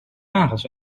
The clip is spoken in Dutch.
nagels